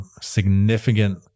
significant